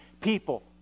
people